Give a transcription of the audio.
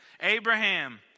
Abraham